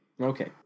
Okay